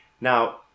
Now